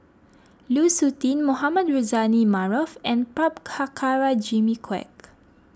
Lu Suitin Mohamed Rozani Maarof and Prabhakara Jimmy Quek